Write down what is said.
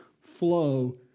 flow